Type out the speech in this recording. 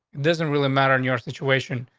doesn't really matter in your situation,